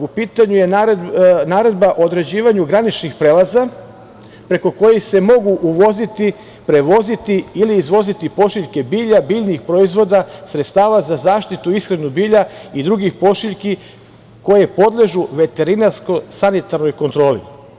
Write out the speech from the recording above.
U pitanju je naredba o određivanju graničnih prelaza preko kojih se mogu uvoziti, prevoziti ili izvoziti pošiljke bilja, biljnih proizvoda, sredstava za zaštitu i ishranu bilja i drugih pošiljki koje podležu veterinarsko-sanitarnoj kontroli.